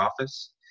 office